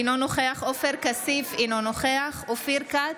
אינו נוכח עופר כסיף, אינו נוכח אופיר כץ,